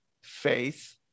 faith